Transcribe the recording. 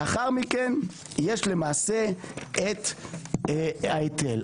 לאחר מכן יש למעשה את ההיטל.